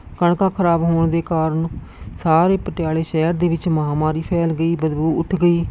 ਕਣਕਾਂ ਖਰਾਬ ਹੋਣ ਦੇ ਕਾਰਨ ਸਾਰੇ ਪਟਿਆਲਾ ਸ਼ਹਿਰ ਦੇ ਵਿੱਚ ਮਹਾਮਾਰੀ ਫੈਲ ਗਈ ਬਦਬੂ ਉੱਠ ਗਈ